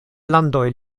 landoj